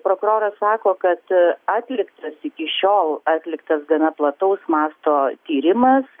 prokuroras sako kad atliktas iki šiol atliktas gana plataus masto tyrimas